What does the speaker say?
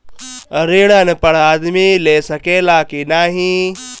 ऋण अनपढ़ आदमी ले सके ला की नाहीं?